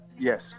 yes